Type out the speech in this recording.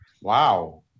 wow